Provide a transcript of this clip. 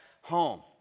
home